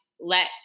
let